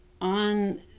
on